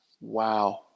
Wow